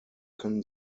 können